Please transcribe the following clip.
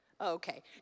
Okay